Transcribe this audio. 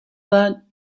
that